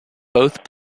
both